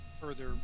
further